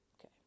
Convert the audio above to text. okay